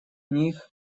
них